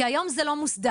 כי היום זה לא מוסדר.